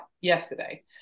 yesterday